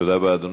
תודה רבה, אדוני.